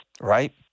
Right